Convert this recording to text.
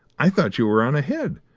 i thought you were on ahead!